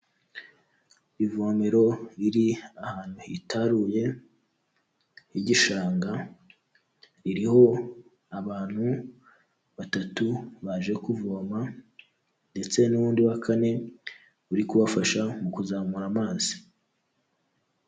Ivomero riri ahantu hitaruye h'igishanga, ririho abantu batatu baje kuvoma ndetse n'undi wa kane uri kubafasha mu kuzamura amazi.